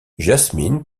jasmine